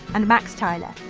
and max tyler.